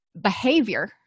behavior